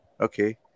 Okay